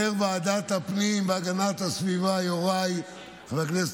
התכנון והבנייה (תיקון מס' 150 והוראת שעה,